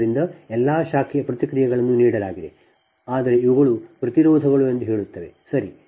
ಆದ್ದರಿಂದ ಎಲ್ಲಾ ಶಾಖೆಯ ಪ್ರತಿಕ್ರಿಯೆಗಳನ್ನು ನೀಡಲಾಗಿದೆ ಆದರೆ ಇವುಗಳು ಪ್ರತಿರೋಧಗಳು ಎಂದು ಹೇಳುತ್ತದೆ ಸರಿ